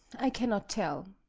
i cannot tell.